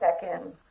Second